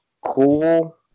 cool